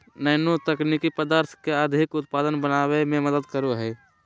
nano तकनीक पदार्थ के अधिक उत्पादक बनावय में मदद करो हइ